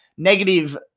Negative